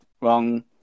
wrong